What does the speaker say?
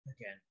again